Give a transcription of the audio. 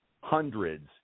hundreds